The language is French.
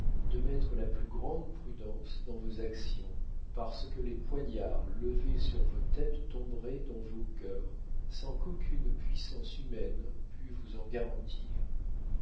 de mettre la plus grande prudence dans vos actions parce que les poignards levés sur vos têtes tomberaient dans vos cœurs sans qu'aucune puissance humaine pût vous en garantir